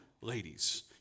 Ladies